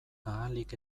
ahalik